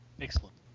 excellent